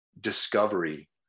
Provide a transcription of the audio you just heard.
discovery